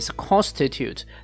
constitute